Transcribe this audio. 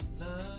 Love